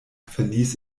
verließ